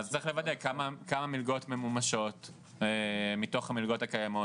אז צריך לוודא כמה מלגות ממומשות מתוך המלגות הקיימות,